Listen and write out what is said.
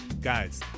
guys